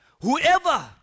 Whoever